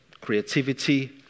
creativity